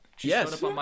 Yes